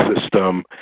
system